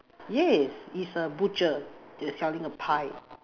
yes it's a butcher they're selling a pie